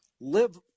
live